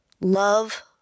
Love